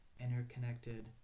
interconnected